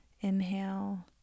inhale